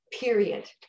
period